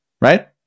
Right